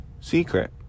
secret